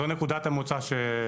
זו נקודת המוצא.